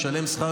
משלם,